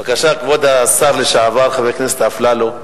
בבקשה, כבוד השר לשעבר, חבר הכנסת אפללו.